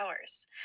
hours